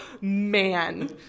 Man